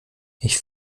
ich